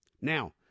Now